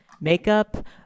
makeup